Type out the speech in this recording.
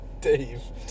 Dave